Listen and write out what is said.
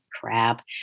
crap